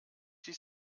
sich